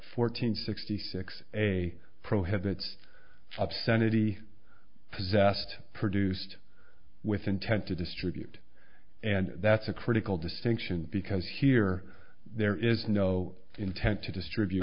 fourteen sixty six a prohibits obscenity possessed produced with intent to distribute and that's a critical distinction because here there is no intent to distribute